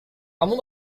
kamu